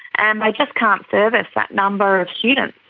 and they just can't service that number of students.